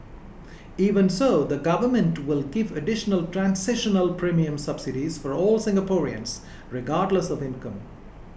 even so the government will give additional transitional premium subsidies for all Singaporeans regardless of income